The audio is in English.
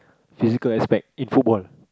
physical aspect in football